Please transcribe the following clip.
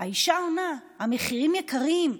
האישה עונה: המחירים יקרים.